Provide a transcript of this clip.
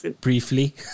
briefly